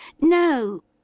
No